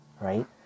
Right